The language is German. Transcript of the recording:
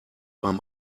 beim